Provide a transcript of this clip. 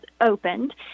opened